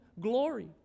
glory